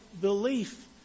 belief